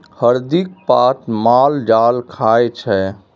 हरदिक पात माल जाल खाइ छै